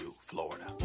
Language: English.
Florida